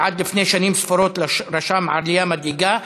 שעד לפני שנים ספורות נרשמה בו עלייה מדאיגה,